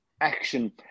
action